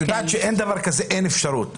את יודעת שאין דבר כזה שאין אפשרות.